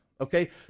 Okay